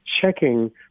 checking